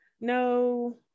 No